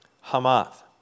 Hamath